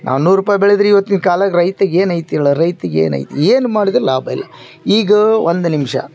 ನಾವು ನೂರು ರುಪಾಯ್ ಬೆಳೆದ್ರೆ ಇವತ್ತಿನ್ ಕಾಲಗೆ ರೈತಗೆ ಏನೈತೇಳಿ ರೈತರಿಗ್ ಏನೈತೆ ಏನು ಮಾಡಿದ್ರೆ ಲಾಭಯಿಲ್ಲ ಈಗ ಒಂದು ನಿಮಿಷ